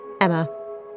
Emma